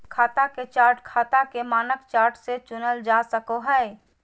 खाता के चार्ट खाता के मानक चार्ट से चुनल जा सको हय